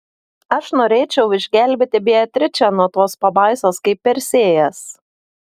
aš norėčiau išgelbėti beatričę nuo tos pabaisos kaip persėjas